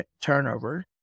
turnover